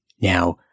Now